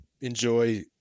enjoy